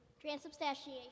Transubstantiation